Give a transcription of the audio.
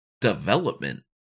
development